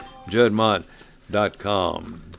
Juddmont.com